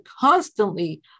constantly